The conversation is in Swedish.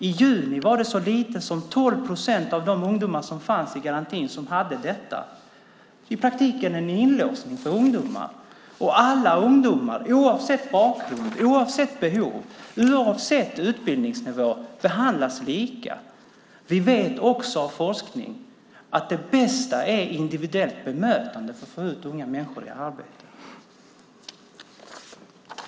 I juni var det så lite som 12 procent av de ungdomar som fanns i garantin som hade detta. I praktiken är det en inlåsning för ungdomar. Alla ungdomar, oavsett bakgrund, behov och utbildningsnivå, behandlas lika. Vi vet genom forskning att det bästa är individuellt bemötande för att få ut unga människor i arbete.